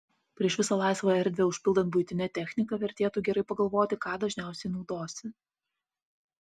prieš visą laisvą erdvę užpildant buitine technika vertėtų gerai pagalvoti ką dažniausiai naudosi